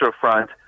Front